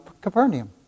Capernaum